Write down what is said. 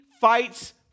fights